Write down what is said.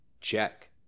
Check